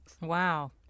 Wow